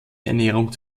ernährung